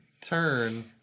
turn